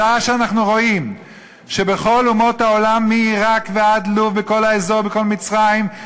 אסור להמשיך בחוקי האפליה.